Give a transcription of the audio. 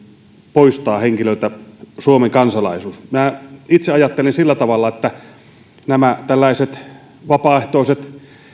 poistaa henkilöltä suomen kansalaisuus minä itse ajattelen sillä tavalla että tällaiset vapaaehtoisesti